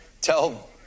tell